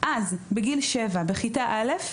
אז בגיל שבע בכיתה א',